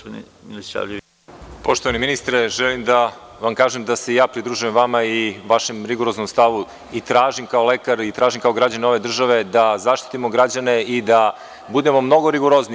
Poštovani ministre, želim da vam kažem da se i ja pridružujem vama i vašem rigoroznom stavu i tražim kao lekar i tražim kao građanin ove države da zaštitimo građane i da budemo mnogo rigorozniji.